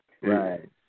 right